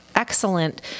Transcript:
Excellent